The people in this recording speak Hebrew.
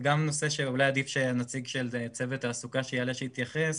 זה גם נושא שאולי עדיף שהנציג של צוות תעסוקה שיעלה יתייחס,